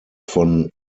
von